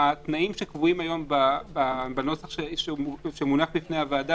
התנאים שקבועים היום בנוסח שמונח בפני הוועדה